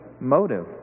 motive